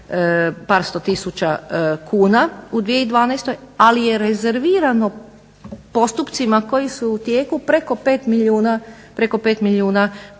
par sto tisuća kuna u 2012., ali je rezervirano postupcima koji su u tijeku preko 5 milijuna